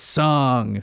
song